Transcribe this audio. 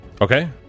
Okay